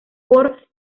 por